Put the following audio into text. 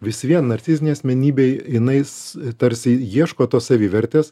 vis vien narcizinei asmenybei jinais tarsi ieško tos savivertės